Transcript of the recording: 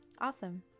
Awesome